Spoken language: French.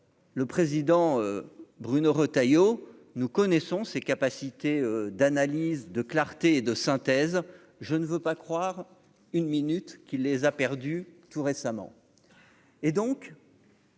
le président, Bruno Retailleau, nous connaissons ses capacités d'analyse, de clarté et de synthèse, je ne veux pas croire une minute qu'il les a perdu tout récemment